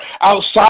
outside